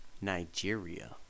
Nigeria